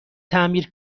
تعمیر